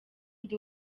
ndi